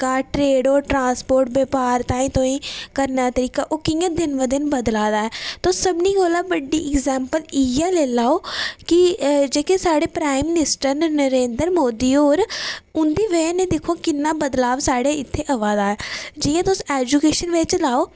तां ट्रेड होर ट्रांसपोर्ट बपार ताहीं करने दा तरीका ओह् कियां दिन ब दिन बदला दा ऐ ते सभनें कोला बड्डी एग्जैम्पल इयै लेई लैओ कि जेह्के साढ़े प्राईम मिनीस्टर न नरेंद्र मोदी होर उंदी बजह कन्नै दिक्खो किन्ना बदलाव इत्थें आवा दा ऐ जियां तुस एज़ूकेशन बिच लाओ